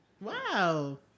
Wow